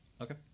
Okay